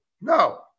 No